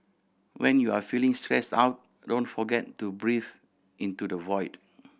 when you are feeling stressed out don't forget to breathe into the void